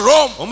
Rome